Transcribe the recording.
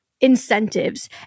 incentives